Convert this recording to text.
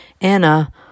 Anna